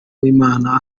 w’imana